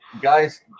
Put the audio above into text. guys